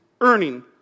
earning